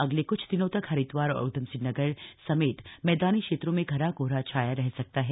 अगले कुछ दिनों तक हरिद्वार और उधमिसंह नगर समेत मैदानी क्षेत्रों में घना कोहरा छाया रह सकता है